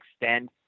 extend